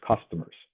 customers